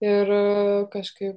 ir kažkaip